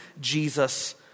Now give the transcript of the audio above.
Jesus